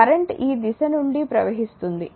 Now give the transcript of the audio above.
current ఈ దిశ నుండి ప్రవహిస్తుంది